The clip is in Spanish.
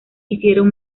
hicieron